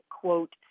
quote